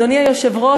אדוני היושב-ראש,